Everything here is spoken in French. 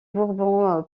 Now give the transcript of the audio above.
bourbon